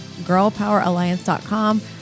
girlpoweralliance.com